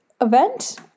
event